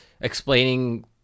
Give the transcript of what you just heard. explaining